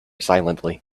silently